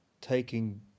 taking